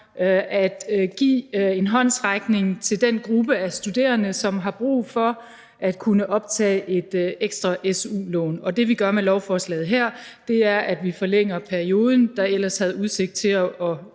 at give en håndsrækning til den gruppe af studerende, som har brug for at kunne optage et ekstra su-lån. Det, vi gør med lovforslaget her, er, at vi forlænger perioden, der ellers havde udsigt til at